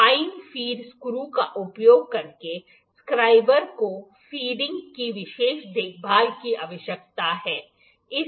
अब fine feed screw का उपयोग करके स्क्राइबर को फीडिंग की विशेष देखभाल की आवश्यकता है